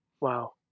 Wow